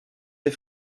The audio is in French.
des